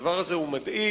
הדבר הזה הוא מדאיג,